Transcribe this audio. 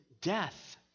death